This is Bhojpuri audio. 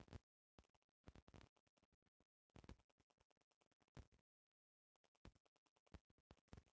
ई London, Hong Kong, Dubai, New York, Moscow अउरी बहुते देश में काम कर रहल बा